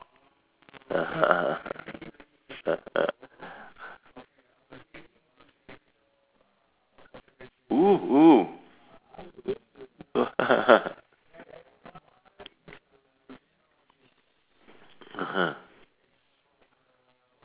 (uh huh) (uh huh) !ooh! !ooh!